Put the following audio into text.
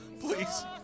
Please